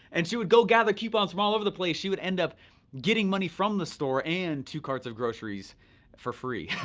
and she would go gather coupons from all over the place. she would end up getting money from the store and two carts of groceries for free.